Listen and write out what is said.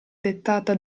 dettata